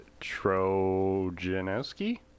Trojanowski